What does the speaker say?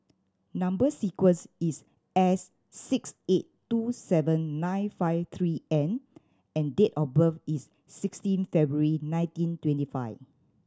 number sequence is S six eight two seven nine five three N and date of birth is sixteen February nineteen twenty five